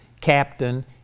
captain